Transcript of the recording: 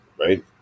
right